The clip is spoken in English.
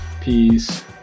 Peace